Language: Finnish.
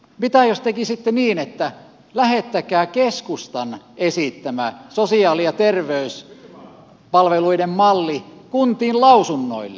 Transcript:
mitä jos tekisitte niin että lähetätte keskustan esittämään sosiaali ja terveyspalveluiden mallin kuntiin lausunnoille